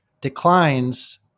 declines